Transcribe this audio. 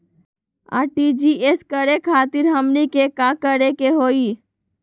RTGS करे खातीर हमनी के का करे के हो ई?